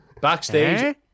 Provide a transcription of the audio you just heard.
Backstage